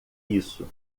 isso